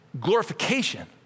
glorification